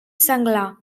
senglar